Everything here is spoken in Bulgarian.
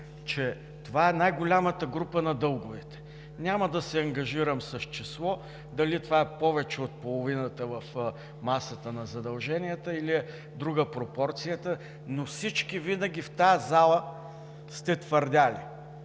че това е най-голямата група на дълговете. Няма да се ангажирам с число – дали това е повече от половината в масата на задълженията, или е друга пропорцията, но всички винаги в тази зала сте твърдели,